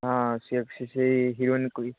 ହଁ ସେ ବି ସେହି ହିରୋଇନ୍କୁ